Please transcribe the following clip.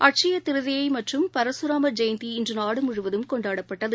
அட்சுயதிருதிமற்றும் பரகராமர் ஜெயந்தி இன்றுநாடுமுழுவதும் கொண்டாடப்பட்டது